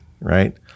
right